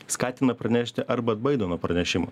skatina pranešti arba atbaido nuo pranešimo